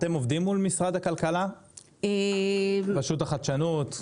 אתם עובדים מול משרד הכלכלה, רשות החדשנות.